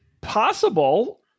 possible